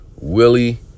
Willie